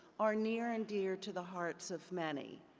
are near and dear to the hearts of many.